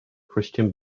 christian